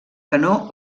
canó